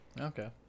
Okay